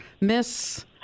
Miss